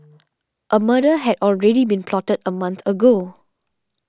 a murder had already been plotted a month ago